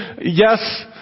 yes